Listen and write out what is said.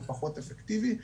ופחות אפקטיבי.